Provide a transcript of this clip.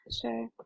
sure